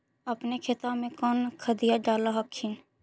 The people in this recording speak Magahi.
अपने खेतबा मे कौन खदिया डाल हखिन?